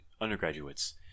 undergraduates